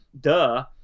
Duh